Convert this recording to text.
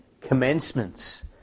Commencements